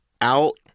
out